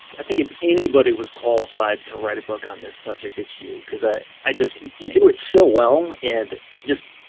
i think if anybody was qualified to write a book on this subject, it's you, cause i i just, you do it so well, and just,